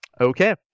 Okay